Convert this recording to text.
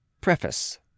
preface